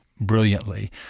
brilliantly